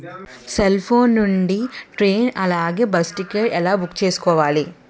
Cell phone నుండి train అలాగే bus ticket ఎలా బుక్ చేసుకోవాలి?